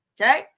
Okay